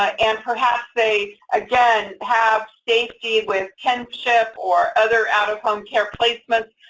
ah and perhaps they, again, have safety with kinship or other out of home care placements,